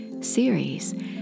series